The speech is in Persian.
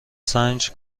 سنج